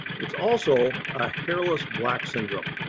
it's also a hairless black syndrome.